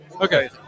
okay